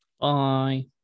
Bye